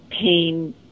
pain